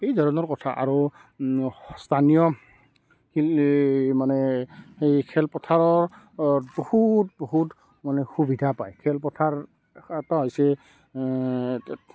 এই ধৰণৰ কথা আৰু স্থানীয় খেল এই মানে এই খেলপথাৰত বহুত বহুত মানে সুবিধা পায় খেলপথাৰ এটা হৈছে